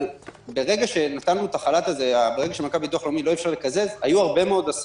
יכול להגיד לכם את זה מנכ"ל הביטוח לאומי,